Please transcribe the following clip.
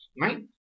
right